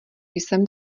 jsem